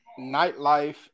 nightlife